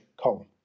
column